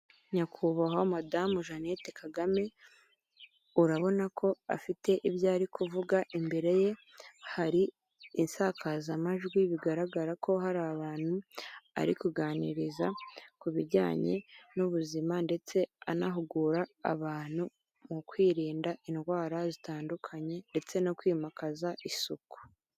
Nyakubahwa madamu Jeannette Kagame, urabona ko afite ibyo ari kuvuga, imbere ye hari insakazamajwi, bigaragara ko hari abantu ari kuganiriza, ku bijyanye n'ubuzima ndetse anahugura abantu mu kwirinda indwara zitandukanye ndetse no kwimakaza isuku.